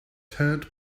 turnt